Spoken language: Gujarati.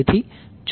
5I0 જેટલું જ છે